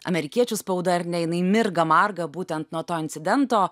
amerikiečių spauda ar ne jinai mirga marga būtent nuo to incidento